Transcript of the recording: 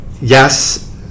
yes